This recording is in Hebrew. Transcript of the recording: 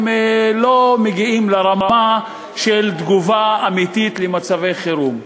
הם לא מגיעים לרמה של תגובה אמיתית למצב חירום.